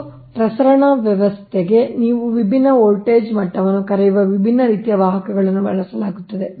ಮತ್ತು ಪ್ರಸರಣ ವ್ಯವಸ್ಥೆಗಾಗಿ ನೀವು ವಿಭಿನ್ನ ವೋಲ್ಟೇಜ್ ಮಟ್ಟವನ್ನು ಕರೆಯುವ ವಿಭಿನ್ನ ರೀತಿಯ ವಾಹಕಗಳನ್ನು ಬಳಸಲಾಗುತ್ತದೆ